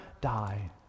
die